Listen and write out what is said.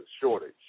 shortage